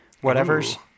whatever's